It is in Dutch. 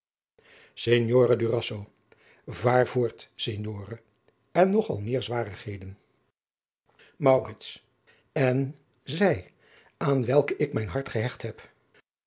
vaar voort signore en nog al meer zwarigheden maurits en zij aan welke ik mijn hart gehecht heb